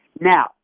Now